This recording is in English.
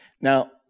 Now